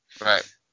Right